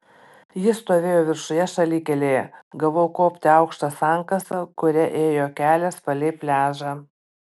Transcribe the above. jis stovėjo viršuje šalikelėje gavau kopti aukšta sankasa kuria ėjo kelias palei pliažą